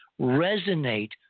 resonate